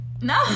No